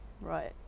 right